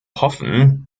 hoffen